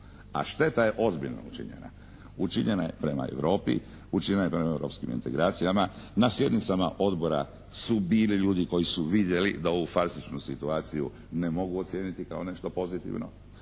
A šteta je ozbiljno učinjena. Učinjena je prema Europi, učinjena je prema europskim integracijama. Na sjednicama odbora su bili ljudi koji su vidjeli da ovu fazičnu situaciju ne mogu ocijeniti kao nešto pozitivno.